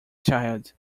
child